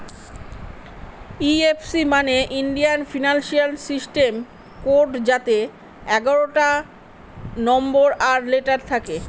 IFC মানে Indian financial system code যাতে এগারোটা নম্বর আর লেটার থাকে